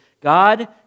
God